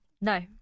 No